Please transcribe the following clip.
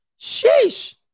Sheesh